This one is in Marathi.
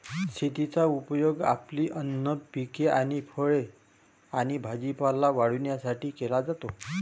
शेताचा उपयोग आपली अन्न पिके आणि फळे आणि भाजीपाला वाढवण्यासाठी केला जातो